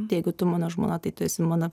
tai jeigu tu mano žmona tai tu esi mano